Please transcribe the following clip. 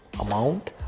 amount